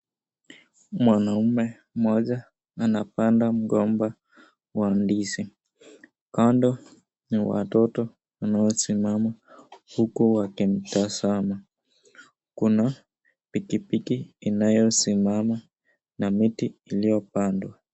Mwanaume mmoja anapanda mgomba wa ndizi. Kando ni watoto wanaosimama uku wakimtazama. Kuna pikipiki inayosimama na miti iliopandwa.